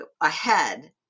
ahead